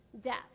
death